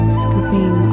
scooping